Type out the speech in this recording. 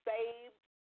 Saved